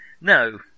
No